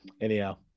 anyhow